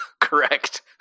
Correct